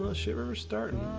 ah shiver starting